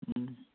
ᱦᱩᱺ